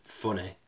funny